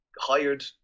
hired